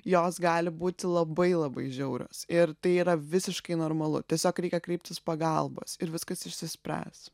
jos gali būti labai labai žiaurios ir tai yra visiškai normalu tiesiog reikia kreiptis pagalbos ir viskas išsispręs